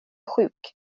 sjuk